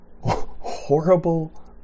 horrible